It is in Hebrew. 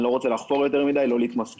אני לא רוצה לחפור יותר מדי, לא להתמסכן.